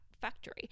factory